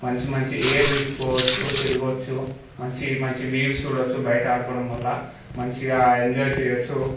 మంచి మంచి ఎయిర్ తీసుకోవచ్చు తిరగచ్చు మంచి మంచి వ్యూస్ చూడవచ్చు బయట ఆడుకోవడం వల్ల మంచిగా ఎంజాయ్ చేయవచ్చు